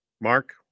Mark